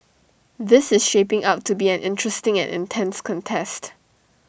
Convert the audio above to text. this is shaping up to be an interesting and intense contest